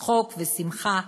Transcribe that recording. צחוק ושמחה,